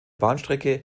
bahnstrecke